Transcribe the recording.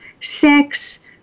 sex